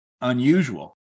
unusual